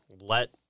let